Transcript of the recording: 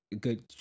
good